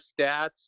stats